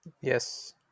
Yes